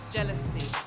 Jealousy